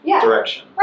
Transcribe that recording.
direction